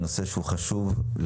זהו נושא שהוא חשוב לכל